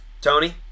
Tony